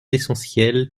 essentiels